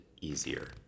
easier